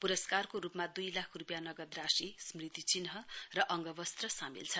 पुरस्कारको रूपमा दुई लाख रूपियाँ नगद राशि स्मृति चिन्ह र अंगवस्त्र सामेल छ